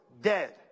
dead